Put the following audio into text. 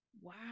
Wow